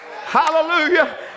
Hallelujah